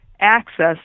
access